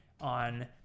on